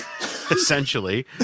essentially